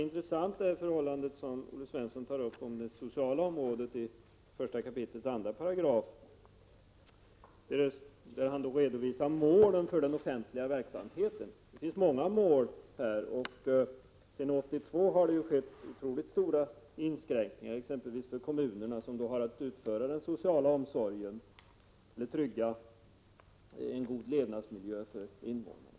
Det som Olle Svensson tog upp beträffande det sociala området, 1 kap. 2 §, är intressant. Där redovisas målen för den offentliga verksamheten. Det finns många mål. Sedan 1982 har det gjorts otroligt stora inskränkningar, exempelvis för kommunerna som har att klara den sociala omsorgen och trygga en god levnadsmiljö för invånarna.